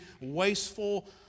wasteful